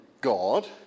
God